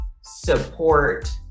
support